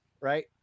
Right